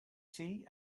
tea